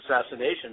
assassination